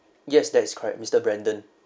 yes that is correct mister brandon